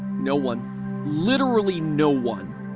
no one literally no one